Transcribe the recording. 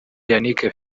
yannick